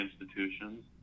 institutions